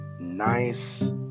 nice